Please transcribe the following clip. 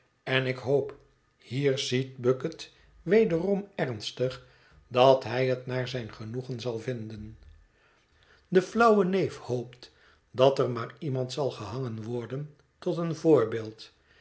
en ik hoop hier ziet bucket wederom ernstig dat hij het naar zijn genoegen zal vinden de flauwe neef hoopt dat er maar iemand zal gehangen worden tot een voorbeeld